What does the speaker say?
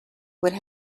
would